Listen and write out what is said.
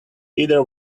either